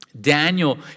Daniel